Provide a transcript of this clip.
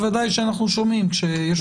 בוודאי כשאנחנו שומעים שיש